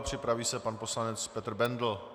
Připraví se pan poslanec Petr Bendl.